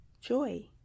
joy